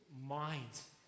minds